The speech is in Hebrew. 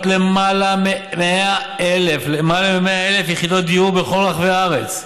למעלה מ-100,000 יחידות דיור בכל רחבי הארץ,